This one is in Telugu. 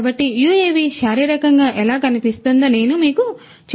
కాబట్టి యుఎవి శారీరకంగా ఎలా కనిపిస్తుందో నేను మీకు చూపిస్తాను